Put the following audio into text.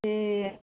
ए